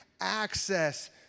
access